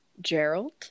gerald